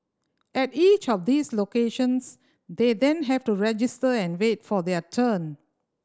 at each of these locations they then have to register and wait for their turn